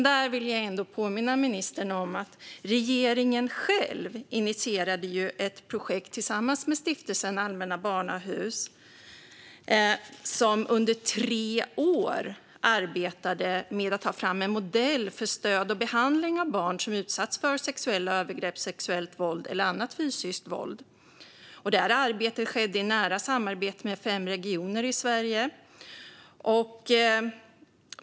Där vill jag ändå påminna ministern om att regeringen själv initierade ett projekt tillsammans med Stiftelsen Allmänna Barnhuset som under tre år arbetade med att ta fram en modell för stöd till och behandling av barn som utsatts för sexuella övergrepp, sexuellt våld eller annat fysiskt våld. Det arbetet skedde i nära samarbete med fem regioner i Sverige.